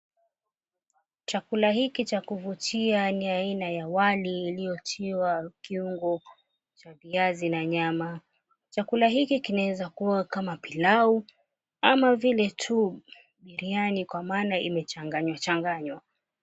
Chakula hiki cha kuvutia ni ya aina ya wali uliotiwa kiungo cha viazi na nyama chakula hiki kina weza kuwa kama pilau amavile tu biryani kwa maana imechanganywa changanywa.